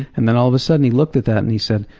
and then all of a sudden, he looked at that, and he said,